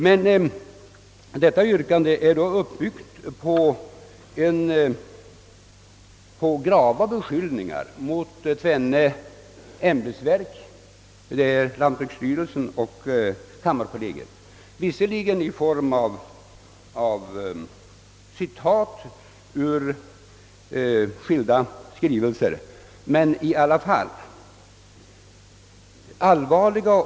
Men detta yrkande är underbyggt med grava beskyllningar mot tvenne ämbetsverk, lantbruksstyrelsen och kammarkollegium — visserligen i form av citat ur skilda skrivelser men i alla fall.